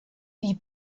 die